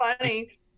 funny